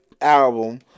album